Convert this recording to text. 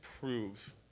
prove